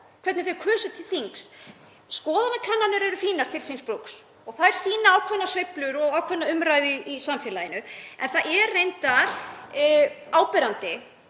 hvernig þau kusu til þings. Skoðanakannanir eru fínar til síns brúks og þær sýna ákveðnar sveiflur og ákveðna umræðu í samfélaginu en það er áberandi